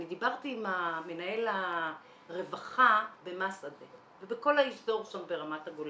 אני דיברתי עם מנהל הרווחה במסעדה ובכל האזור שם ברמת הגולן.